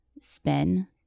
spin